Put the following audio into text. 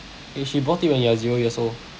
wait she bought it when you are zero years old